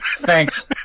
Thanks